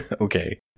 okay